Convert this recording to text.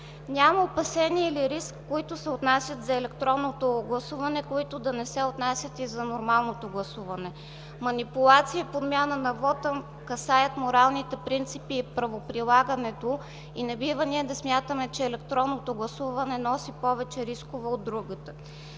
Няма опасения или риск, които се отнасят за електронното гласуване, които да не се отнасят и за нормалното гласуване. Манипулации и подмяна на вота касаят моралните принципи и правоприлагането и не бива да смятаме, че електронното гласуване носи повече рискове от другото.